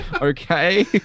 okay